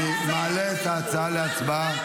אני מעלה את ההצעה להצבעה,